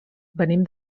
venim